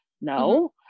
No